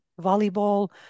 volleyball